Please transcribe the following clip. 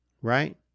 right